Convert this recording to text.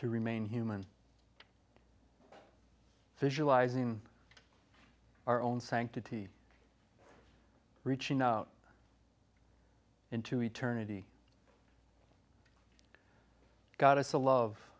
to remain human visualizing our own sanctity reaching out into eternity got us a love